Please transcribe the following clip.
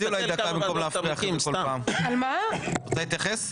את רוצה להתייחס?